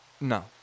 no